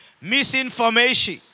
Misinformation